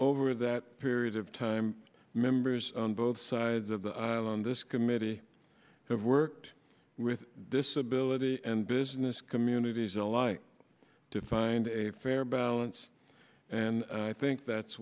over that period of time members on both sides of the aisle on this committee have worked with disability and business communities alike to find a fair balance and i think that's